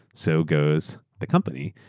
so goes the company.